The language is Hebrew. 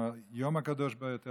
ביום הקדוש ביותר,